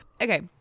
Okay